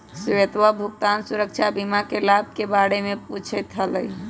श्वेतवा भुगतान सुरक्षा बीमा के लाभ के बारे में पूछते हलय